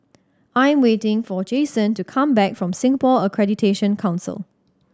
I'm waiting for Jasen to come back from Singapore Accreditation Council